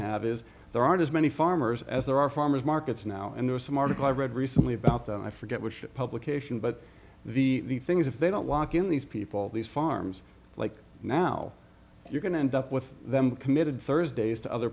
have is there aren't as many farmers as there are farmers markets now and there are some article i read recently about them i forget which publication but the thing is if they don't walk in these people these farms like now you're going to end up with them committed thursdays to other